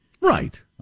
Right